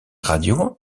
radio